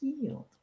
healed